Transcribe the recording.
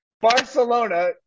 Barcelona